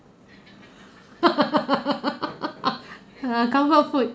comfort food